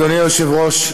אדוני היושב-ראש,